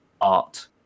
art